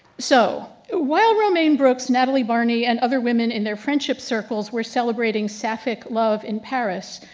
so ah while romaine brooks, natalie barney, and other women in their friendship circles were celebrating sapphic love in paris,